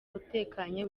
utekanye